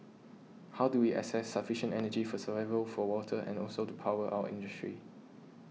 how do we access sufficient energy for survival for water and also to power our industry